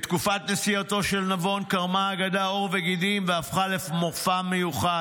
בתקופת נשיאותו של נבון קרמה האגדה עור וגידים והפכה לרומן מיוחד,